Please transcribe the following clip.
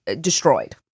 destroyed